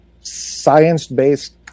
science-based